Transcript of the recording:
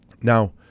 Now